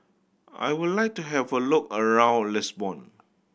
I would like to have a look around Lisbon